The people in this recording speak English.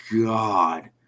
God